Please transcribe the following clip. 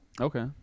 okay